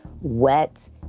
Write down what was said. wet